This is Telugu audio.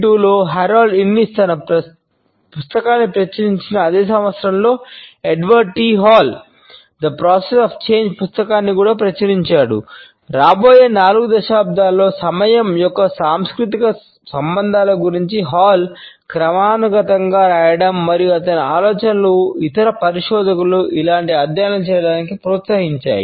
1952 లో హెరాల్డ్ ఇన్నిస్ క్రమానుగతంగా రాయడం మరియు అతని ఆలోచనలు ఇతర పరిశోధకులను ఇలాంటి అధ్యయనాలు చేయడానికి ప్రోత్సహించాయి